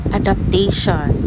adaptation